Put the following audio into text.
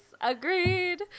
Agreed